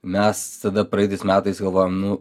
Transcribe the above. mes tada praeitais metais galvojom nu